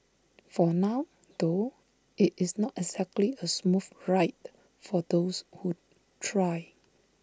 for now though IT is not exactly A smooth ride for those who try